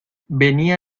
venía